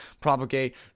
propagate